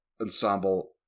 ensemble